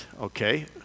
okay